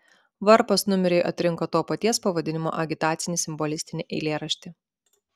varpas numeriui atrinko to paties pavadinimo agitacinį simbolistinį eilėraštį